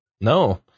No